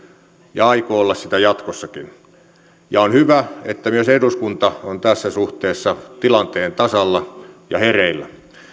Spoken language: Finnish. ja aikoo olla sitä jatkossakin on hyvä että myös eduskunta on tässä suhteessa tilanteen tasalla ja hereillä